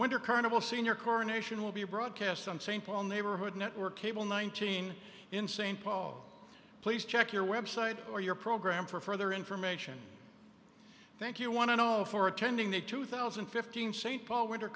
winter carnival senior coronation will be broadcast on st paul neighborhood network cable nineteen in st paul please check your website or your program for further information thank you want all for attending the two thousand and fifteen st paul winter